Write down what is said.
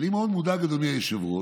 אני מאוד מודאג, אדוני היושב-ראש.